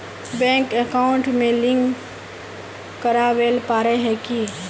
Bank account में link करावेल पारे है की?